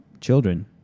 children